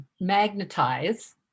magnetize